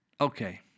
Okay